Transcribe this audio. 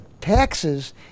taxes